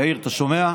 יאיר, אתה שומע?